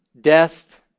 Death